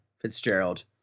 Fitzgerald